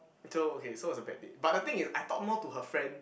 so okay so was the bad date but the thing is I talk more to her friend